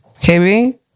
KB